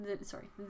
Sorry